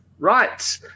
Right